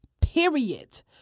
Period